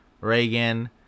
Reagan